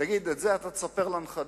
תגיד, את זה אתה תספר לנכדים?